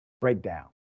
breakdown